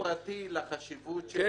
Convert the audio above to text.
זה מקרה פרטי לחשיבות שתובע ייחשף לתיקים.